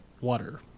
water